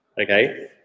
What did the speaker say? okay